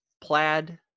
plaid